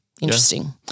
interesting